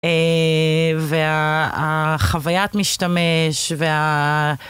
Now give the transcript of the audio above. אה... והחוויית משתמש וה...